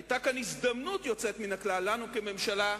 היתה כאן הזדמנות יוצאת מן הכלל, לנו כממשלה,